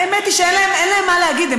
האמת היא שאין להם מה להגיד,